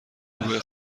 گروه